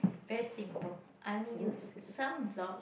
very simple I only use sunblock